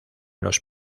los